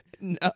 No